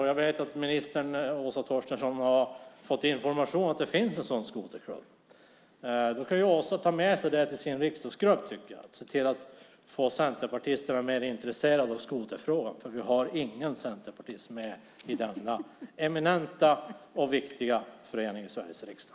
Jag vet att Åsa Torstensson har fått information om att det finns en skoterklubb. Åsa Torstensson kan ta med sig det till sin riksdagsgrupp och få centerpartisterna mer intresserade av skoterfrågan. Det finns ingen centerpartist med i denna eminenta och viktiga förening i Sveriges riksdag.